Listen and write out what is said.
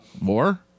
more